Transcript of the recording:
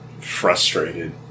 frustrated